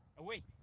away,